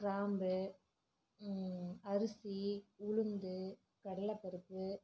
கிராம்பு அரிசி உளுந்து கடலைப்பருப்பு